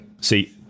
See